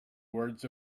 words